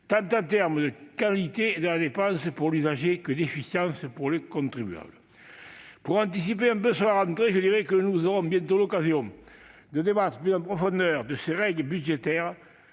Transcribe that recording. qui concerne la qualité de la dépense pour l'usager que son efficience pour le contribuable. Pour anticiper un peu sur la rentrée, je précise que nous aurons bientôt l'occasion de débattre plus en profondeur de ces règles budgétaires,